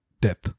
death